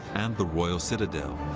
and the royal citadel.